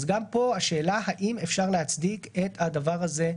אז גם פה השאלה היא האם אפשר להצדיק את הדבר הזה,